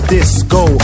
Disco